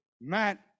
Matt